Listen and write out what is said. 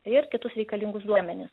ir kitus reikalingus duomenis